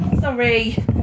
Sorry